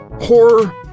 horror